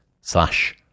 slash